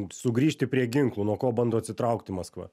sugrįžti prie ginklų nuo ko bando atsitraukti maskva